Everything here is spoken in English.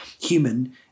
human